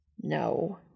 No